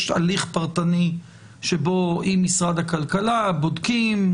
יש הליך פרטני שבו עם משרד הכלכלה בודקים,